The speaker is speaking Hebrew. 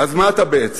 אז מה אתה בעצם,